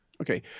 Okay